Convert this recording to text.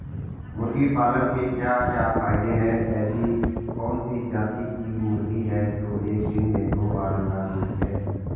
मुर्गी पालन के क्या क्या फायदे हैं ऐसी कौन सी जाती की मुर्गी है जो एक दिन में दो बार अंडा देती है?